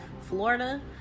Florida